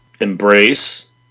embrace